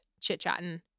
chit-chatting